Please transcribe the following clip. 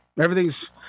Everything's